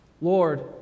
Lord